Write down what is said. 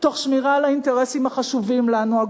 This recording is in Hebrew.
תוך שמירה על האינטרסים החשובים לנו,